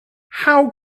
how